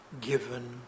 given